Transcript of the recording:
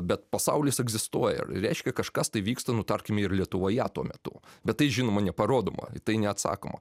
bet pasaulis egzistuoja reiškia kažkas tai vyksta nu tarkim ir lietuvoje tuo metu bet tai žinoma neparodoma į tai neatsakoma